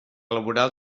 laboral